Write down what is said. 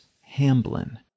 Hamblin